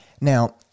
Now